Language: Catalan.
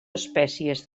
espècies